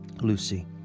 Lucy